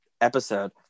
episode